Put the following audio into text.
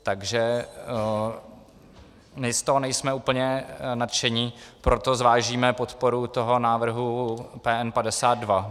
Takže my z toho nejsme úplně nadšení, proto zvážíme podporu toho návrhu PN52.